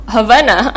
Havana